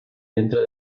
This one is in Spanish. dentro